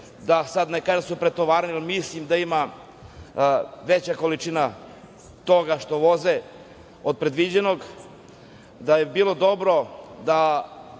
da sad ne kažem da su pretovareni, ali mislim da ima veća količina toga što voze od predviđenog. Bilo bi dobro da